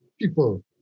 people